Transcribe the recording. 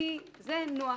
כי זה נוח.